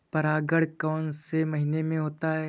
परागण कौन से महीने में होता है?